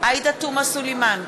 עאידה תומא סלימאן,